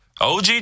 OG